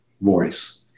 voice